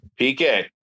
PK